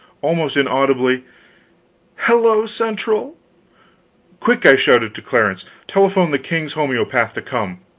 almost inaudibly hello-central! quick! i shouted to clarence telephone the king's homeopath to come!